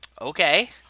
okay